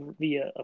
via